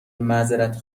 معذرت